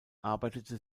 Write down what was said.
arbeitete